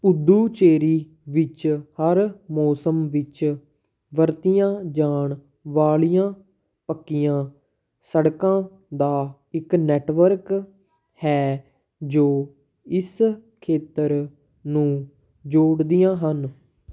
ਪੁਡੂਚੇਰੀ ਵਿੱਚ ਹਰ ਮੌਸਮ ਵਿੱਚ ਵਰਤੀਆਂ ਜਾਣ ਵਾਲੀਆਂ ਪੱਕੀਆਂ ਸੜਕਾਂ ਦਾ ਇੱਕ ਨੈੱਟਵਰਕ ਹੈ ਜੋ ਇਸ ਖੇਤਰ ਨੂੰ ਜੋੜਦੀਆਂ ਹਨ